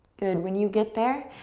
good, when you get there,